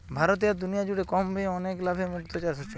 ভারতে আর দুনিয়া জুড়ে কম ব্যয়ে অনেক লাভে মুক্তো চাষ হচ্ছে